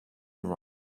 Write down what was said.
right